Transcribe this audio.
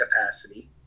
capacity